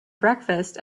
breakfast